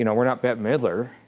you know we're not bette midler.